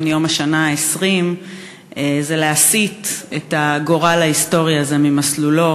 יום השנה ה-20 זה להסיט את הגורל ההיסטורי הזה ממסלולו,